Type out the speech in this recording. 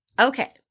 Okay